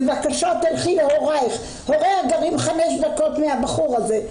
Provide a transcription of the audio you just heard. בבקשה תלכי להורייך" הוריה גרים חמש דקות מהבחור הזה,